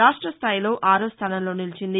రాష్టస్థాయిలో ఆరో స్థానంలో నిలిచింది